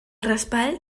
raspall